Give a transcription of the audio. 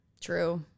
true